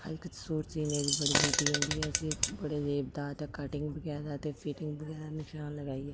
हर इक सूट सीने दी बड़ी बिधी होंदी ऐ उस्सी बड़े रेबदार ते कटिंग बगैरा ते फिटिंग दे नशान लगाइयै